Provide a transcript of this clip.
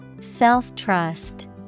Self-trust